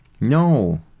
No